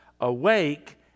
awake